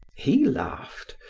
he laughed.